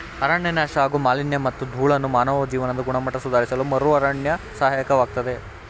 ಅರಣ್ಯನಾಶ ಹಾಗೂ ಮಾಲಿನ್ಯಮತ್ತು ಧೂಳನ್ನು ಮಾನವ ಜೀವನದ ಗುಣಮಟ್ಟ ಸುಧಾರಿಸಲುಮರುಅರಣ್ಯ ಸಹಾಯಕವಾಗ್ತದೆ